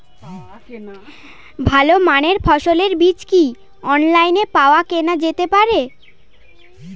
ভালো মানের ফসলের বীজ কি অনলাইনে পাওয়া কেনা যেতে পারে?